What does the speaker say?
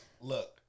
Look